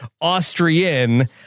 austrian